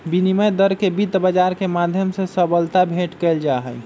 विनिमय दर के वित्त बाजार के माध्यम से सबलता भेंट कइल जाहई